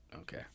Okay